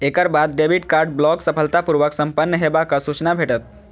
एकर बाद debit card block सफलतापूर्व संपन्न हेबाक सूचना भेटत